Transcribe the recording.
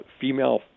female